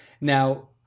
Now